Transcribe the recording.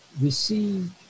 receive